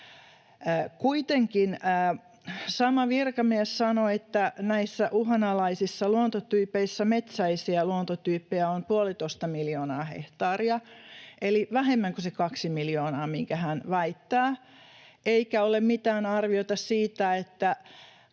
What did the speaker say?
Kuitenkin sama virkamies sanoi, että näissä uhanalaisissa luontotyypeissä metsäisiä luontotyyppejä on puolitoista miljoonaa hehtaaria eli vähemmän kuin se kaksi miljoonaa, mitä hän väittää, eikä ole mitään arviota siitä,